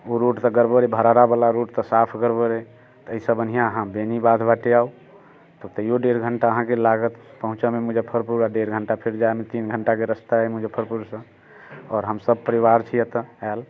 ओ road तऽ गड़बड़ भरारावला रोड तऽ साफ गड़बड़ अइ तैसँ बन्हिआँ अहाँ बेनीबाध बाटे आउ तऽ तैयो डेढ़ घण्टा अहाँके लागत पहुँचऽमे मुजफ्फरपुर आओर डेढ़ घण्टा फेर जाइमे तीन घण्टाके रस्ता अइ मुजफ्फरपुर सँ आओर हम सभ परिवार छी एतऽ आयल